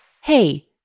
Hey